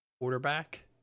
quarterback